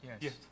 Yes